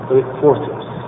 reporters